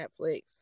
netflix